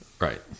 Right